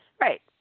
Right